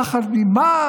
פחד ממה?